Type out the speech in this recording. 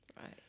Right